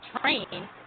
train